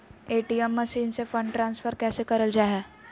ATM machine से fund transfer कैसे करल जा है?